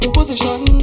Position